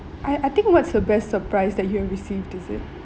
I I think what's the best surprise that you've received is it